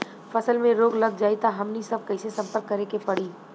फसल में रोग लग जाई त हमनी सब कैसे संपर्क करें के पड़ी?